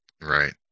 Right